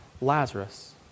Lazarus